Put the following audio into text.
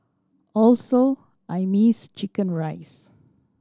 also I missed chicken rice